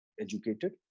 educated